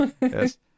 Yes